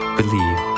believe